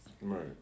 Right